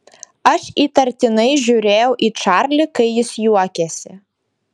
aš įtartinai žiūrėjau į čarlį kai jis juokėsi